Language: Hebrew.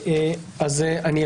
וגם התייחסות שלנו.